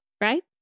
right